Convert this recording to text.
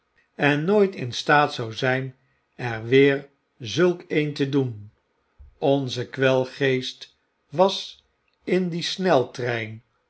en nooit in staat zou zijn er weer zulk een te doen onze kwelgeest was in dien sneltrein